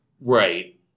Right